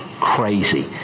crazy